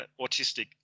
autistic